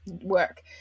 work